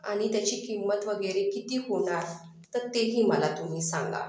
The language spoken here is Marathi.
आणि त्याची किंमत वगैरे किती होणार तर तेही मला तुम्ही सांगा